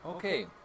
Okay